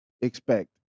expect